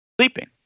sleeping